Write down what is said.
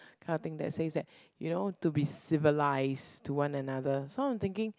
cutting that says that you know to be civilised to one another so I'm thinking